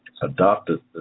adopted